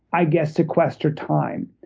i guess, sequester time.